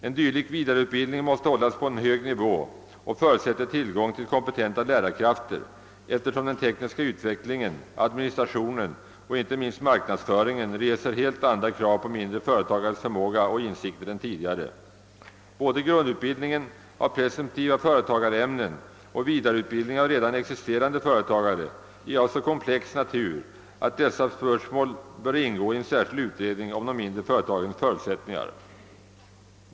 En dylik vidareutbildning måste hållas på en hög nivå och förutsätter tillgång till kompetenta lärarkrafter, eftersom den tekniska utvecklingen, administrationen och icke minst marknadsföringen reser helt andra krav på mindre företagares förmåga och insikter än tidigare. Både grundutbildningen av presumtiva företagarämnen och vidareutbildningen av redan existerande företagare är av så komplex natur att dessa spörsmål bör ingå i en särskild utredning om de mindre företagens förutsättningar.